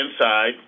inside –